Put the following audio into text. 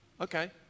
Okay